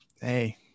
hey